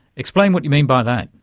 explain what you mean by that.